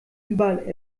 überall